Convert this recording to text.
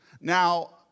Now